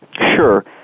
Sure